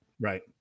Right